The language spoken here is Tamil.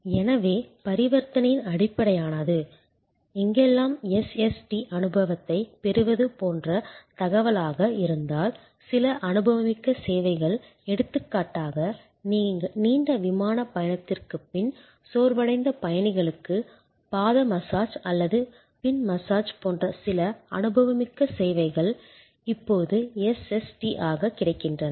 எனவே பரிவர்த்தனையின் அடிப்படையானது எங்கெல்லாம் SST அனுபவத்தைப் பெறுவது போன்ற தகவலாக இருந்தால் சில அனுபவமிக்க சேவைகள் எடுத்துக்காட்டாக நீண்ட விமானப் பயணத்திற்குப் பின் சோர்வடைந்த பயணிகளுக்கு பாத மசாஜ் அல்லது பின் மசாஜ் போன்ற சில அனுபவமிக்க சேவைகள் இப்போது SST ஆகக் கிடைக்கின்றன